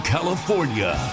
California